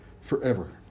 forever